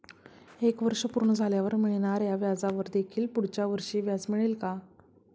एक वर्ष पूर्ण झाल्यावर मिळणाऱ्या व्याजावर देखील पुढच्या वर्षी व्याज मिळेल का?